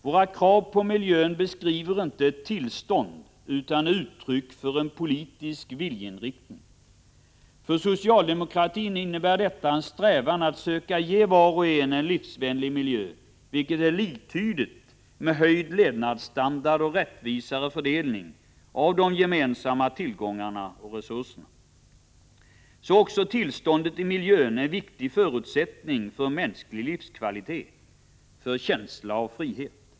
Våra krav på miljön beskriver inte ett tillstånd utan är uttryck för en politisk viljeinriktning. För socialdemokratin innebär detta en strävan att ge var och en en livsvänlig miljö, vilket är liktydigt med höjd levnadsstandard och rättvisare fördelning av de gemensamma tillgångarna och resurserna. Så är också tillståndet i miljön en viktig förutsättning för mänsklig livskvalitet, för känslan av frihet.